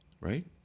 right